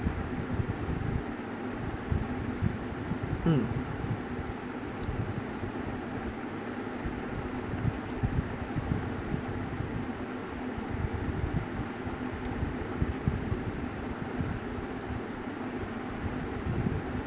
hmm